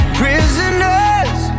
prisoners